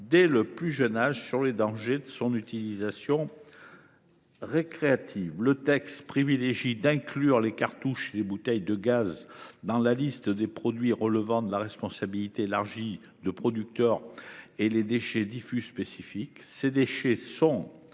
dès le plus jeune âge, destinée à avertir des dangers d’une utilisation récréative. Ce texte vise à inclure les cartouches et les bouteilles de gaz dans la liste des produits relevant de la responsabilité élargie des producteurs de la filière des déchets diffus spécifiques. Ces déchets sont